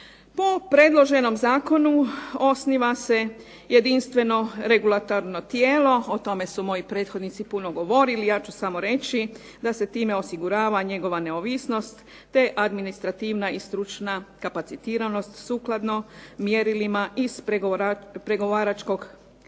U predloženom zakonu osniva se jedinstveno regulatorno tijelo. O tome su moji prethodnici puno govorili, ja ću samo reći da se time osigurava njegova neovisnost te administrativna i stručna kapacitiranost sukladno mjerilima iz pregovaračkog